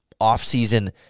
offseason